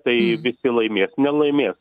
tai visi laimės nelaimės